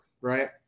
Right